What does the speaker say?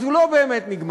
אז הוא לא באמת נגמר.